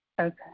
Okay